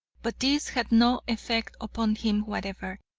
but this had no effect upon him whatever,